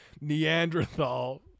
Neanderthal